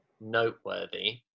noteworthy